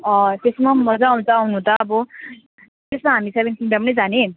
त्यसमा मजा आउँछ आउनु त अब त्यसो भए हामी सेभेन किङ्डम नै जाने